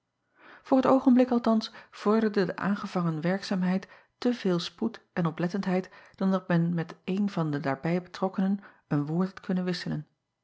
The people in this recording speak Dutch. oor t oogenblik althans vorderde de aangevangen werkzaamheid te veel spoed en oplettendheid dan dat men met een van de daarbij betrokkenen een woord had kunnen wisselen